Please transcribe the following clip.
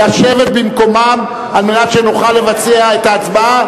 לשבת במקומם על מנת שנוכל לבצע את ההצבעה